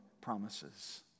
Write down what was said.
promises